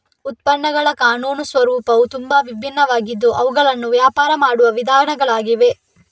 ಉತ್ಪನ್ನಗಳ ಕಾನೂನು ಸ್ವರೂಪವು ತುಂಬಾ ವಿಭಿನ್ನವಾಗಿದ್ದು ಅವುಗಳನ್ನು ವ್ಯಾಪಾರ ಮಾಡುವ ವಿಧಾನಗಳಾಗಿವೆ